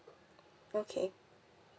okay